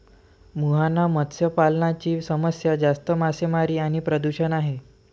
मुहाना मत्स्य पालनाची समस्या जास्त मासेमारी आणि प्रदूषण आहे